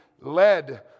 led